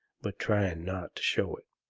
but trying not to show it.